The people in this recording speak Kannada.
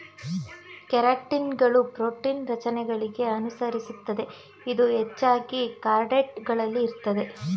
ಕೆರಾಟಿನ್ಗಳು ಪ್ರೋಟೀನ್ ರಚನೆಗಳಿಗೆ ಅನುಸರಿಸುತ್ತದೆ ಇದು ಹೆಚ್ಚಾಗಿ ಕಾರ್ಡೇಟ್ ಗಳಲ್ಲಿ ಇರ್ತದೆ